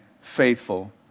faithful